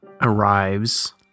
arrives